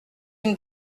une